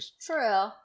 true